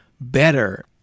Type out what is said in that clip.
better